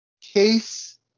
Case